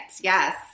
Yes